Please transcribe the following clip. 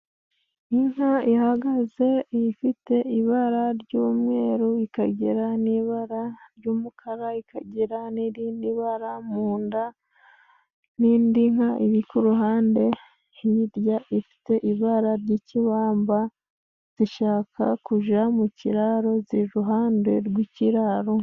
Inka ihagaze ifite ibara ry'umweru, ikagira n'ibara ry'umukara, ikagira n'irindi bara mu nda. N'indi nka iri ku ruhande hirya ifite ibara ry'ikibamba. Zishaka kuja mu kiraro ziruhande rw'ikiraro.